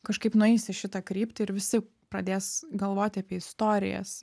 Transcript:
kažkaip nueis į šitą kryptį ir visi pradės galvoti apie istorijas